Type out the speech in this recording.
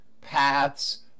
paths